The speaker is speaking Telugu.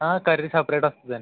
కర్రీ సెపెరేట్ వస్తుందండి